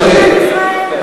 השר שמיר,